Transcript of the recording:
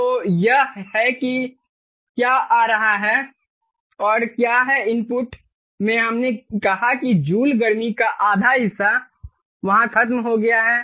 तो यह है कि क्या आ रहा है और क्या है इनपुट में हमने कहा कि जूल गर्मी का आधा हिस्सा वहां खत्म हो गया है